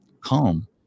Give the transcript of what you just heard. calm